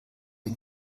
den